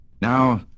Now